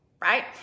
right